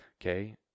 Okay